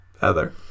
Heather